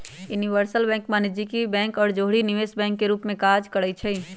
universal bank वाणिज्यिक bank के जौरही निवेश बैंक के रूप में सेहो काज करइ छै